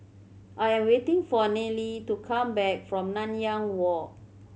I am waiting for Nealy to come back from Nanyang Walk